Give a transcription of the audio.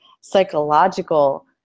psychological